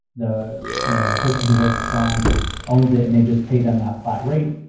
the you know, the person who wrote the song owns it, and they just pay them that flat rate.